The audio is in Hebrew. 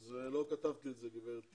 לא כתבת לי את זה, גברתי.